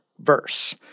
verse